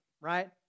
right